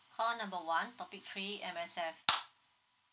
call number one topic three M_S_F